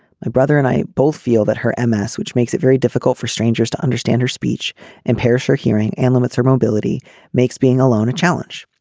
my brother and i both feel that her m s. which makes it very difficult for strangers to understand her speech and perisher hearing and limits her mobility makes being alone a challenge.